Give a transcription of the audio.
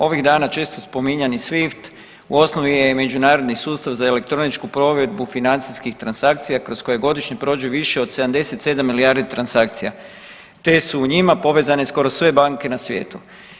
Ovih dana često spominjani swift u osnovi je i međunarodni sustav za elektroničku provedbu financijskih transakcija kroz koje godišnje prođe više od 77 milijardi transakcija, te su u njima povezane skoro sve banke na svijetu.